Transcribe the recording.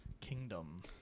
kingdom